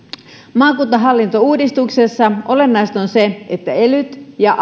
maakuntahallintouudistuksessa olennaista on se että elyistä ja